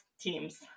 teams